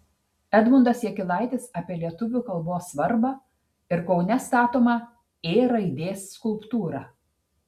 edmundas jakilaitis apie lietuvių kalbos svarbą ir kaune statomą ė raidės skulptūrą